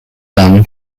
son